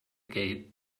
gate